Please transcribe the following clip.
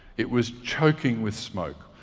it was choking with smoke.